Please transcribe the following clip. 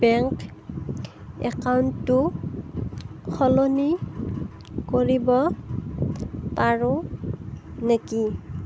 bank একাউণ্টটো সলনি কৰিব পাৰোঁ নেকি